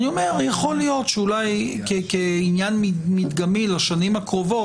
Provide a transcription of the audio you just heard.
יכול להיות שאולי כעניין מדגמי לשנים הקרובות,